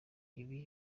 ibi